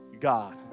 God